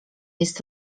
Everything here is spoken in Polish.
jest